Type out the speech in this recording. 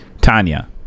Tanya